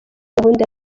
gahunda